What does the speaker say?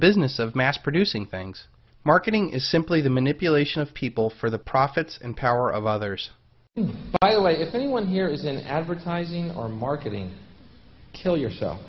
business of mass producing things marketing is simply the manipulation of people for the profits and power of others by the way if anyone here is in advertising or marketing kill yourself